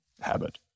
habit